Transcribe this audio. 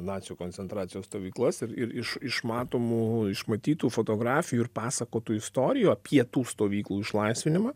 nacių koncentracijos stovyklas ir ir iš iš matomų iš matytų fotografijų ir pasakotų istorijų apie tų stovyklų išlaisvinimą